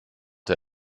der